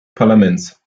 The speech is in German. parlaments